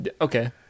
Okay